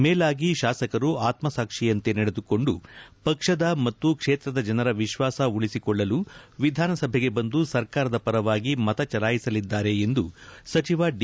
ಮೇಲಾಗಿ ತಾಸಕರು ಆತ್ಸಾಕ್ಷಿಯಂತೆ ನಡೆದುಕೊಂಡು ಪಕ್ಷದ ಮತ್ತು ಕ್ಷೇತ್ರದ ಜನರ ವಿಶ್ವಾಸ ಉಳಿಸಿಕೊಳ್ಳಲು ವಿಧಾನಸಭೆಗೆ ಬಂದು ಸರ್ಕಾರದ ಪರವಾಗಿ ಮತ ಚಲಾಯಿಸಲಿದ್ದಾರೆ ಎಂದು ಸಚಿವ ಡಿ